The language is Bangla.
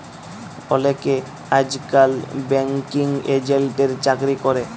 অলেকে আইজকাল ব্যাঙ্কিং এজেল্টের চাকরি ক্যরে